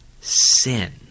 sin